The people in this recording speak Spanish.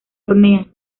hornea